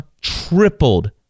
tripled